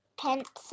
pencil